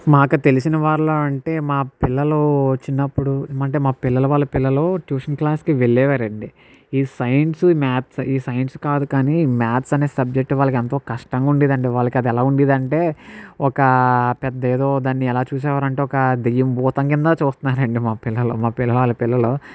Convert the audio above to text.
మాకు తెలిసిన వాళ్ళ అంటే మా పిల్లలు చిన్నప్పుడు ఏమంటే మా పిల్లల వాళ్ళ పిల్లలు ఇప్పుడు ట్యూషన్ క్లాస్ కు వెళ్ళేవారండి ఈ సైన్సు ఈ మాథ్స్ ఈ సైన్స్ కాదు కాని మ్యాథ్స్ అనే సబ్జెక్ట్ వాళ్లకు ఎంతో కష్టంగా ఉండేదండి ఎలా ఉండేదంటే ఒకా పెద్ద ఏదో దాన్ని ఎలా చూసేవారంటే ఒక దెయ్యం భూతం కింద చూస్తున్నారండి మా పిల్లలు మా పిల్లల వాళ్ళ పిల్లలు